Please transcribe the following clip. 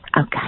Okay